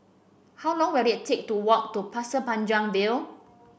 how long will it take to walk to Pasir Panjang View